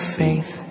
faith